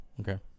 Okay